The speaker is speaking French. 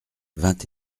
vingt